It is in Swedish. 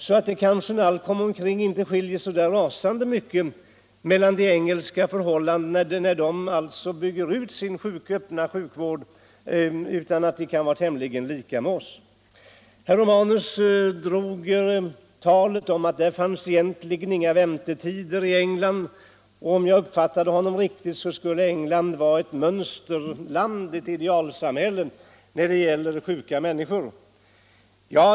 När allt kommer omkring kanske de engelska och svenska förhållandena inte skiljer sig så särskilt mycket från varandra. Herr Romanus sade att det i England egentligen inte finns några väntetider. Om jag uppfattade honom riktigt skulle England vara ett mönsterland och ett idealsamhälle när det gäller vården av sjuka människor.